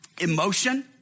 emotion